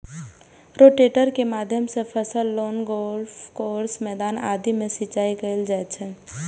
rotator के माध्यम सं फसल, लॉन, गोल्फ कोर्स, मैदान आदि मे सिंचाइ कैल जाइ छै